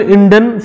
Indian